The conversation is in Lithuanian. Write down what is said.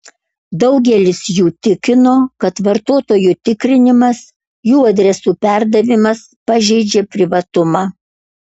daugelis jų tikino kad vartotojų tikrinimas jų adresų perdavimas pažeidžia privatumą